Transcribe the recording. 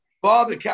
father